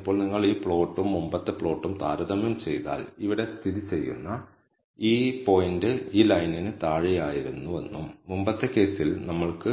ഇപ്പോൾ നിങ്ങൾ ഈ പ്ലോട്ടും മുമ്പത്തെ പ്ലോട്ടും താരതമ്യം ചെയ്താൽ ഇവിടെ സ്ഥിതി ചെയ്യുന്ന ഈ പോയിന്റ് ഈ ലൈനിന് താഴെയായിരുന്നുവെന്നും മുമ്പത്തെ കേസിൽ നമ്മൾക്ക്